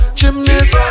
gymnast